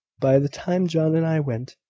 by the time john and i went.